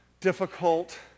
difficult